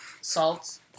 salt